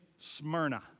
Smyrna